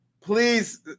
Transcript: please